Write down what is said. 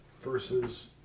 Versus